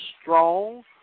strong